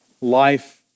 life